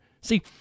See